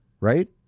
right